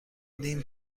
نیم